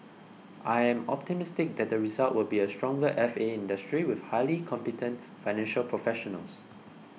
I am optimistic that the result will be a stronger F A industry with highly competent financial professionals